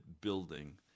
building